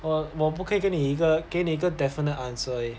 err 我不可以给你一个给你一个 definite answer leh